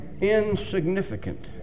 insignificant